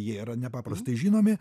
jie yra nepaprastai žinomi